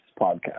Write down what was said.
podcast